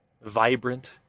vibrant